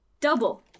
Double